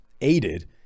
aided